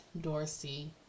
Dorsey